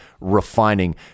refining